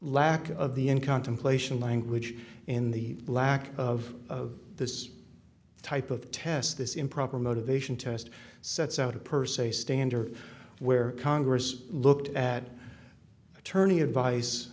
lack of the in contemplation language in the lack of this type of test this improper motivation test sets out a per se standard where congress looked at attorney advice